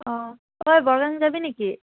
অ' ঐ বৰগাং যাবি নেকি